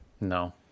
No